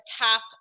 top